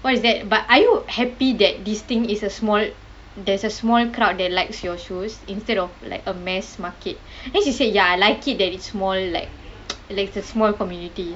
what is that but are you happy that this thing is a small there's a small crowd that likes your shows instead of like a mass market then she say ya I like it that it's small like like it's a small community